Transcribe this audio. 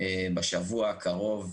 בשבוע הקרוב,